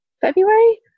February